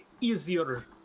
easier